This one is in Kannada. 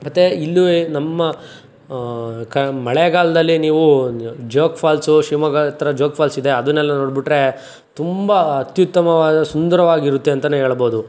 ಮತ್ತೇ ಇಲ್ಲೂ ನಮ್ಮ ಕ ಮಳೆಗಾಲದಲ್ಲಿ ನೀವು ಜೋಗ ಫಾಲ್ಸು ಶಿವಮೊಗ್ಗದತ್ರ ಜೋಗ ಫಾಲ್ಸ್ ಇದೆ ಅದನ್ನೆಲ್ಲ ನೋಡ್ಬಿಟ್ರೆ ತುಂಬ ಅತ್ಯುತ್ತಮವಾದ ಸುಂದರವಾಗಿರುತ್ತೆ ಅಂತಲೇ ಹೇಳ್ಬೋದು